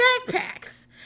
backpacks